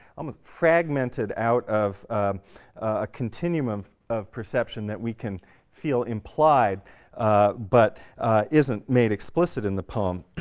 almost fragmented, out of a continuum of of perception that we can feel implied but isn't made explicit in the poem.